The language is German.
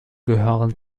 gehören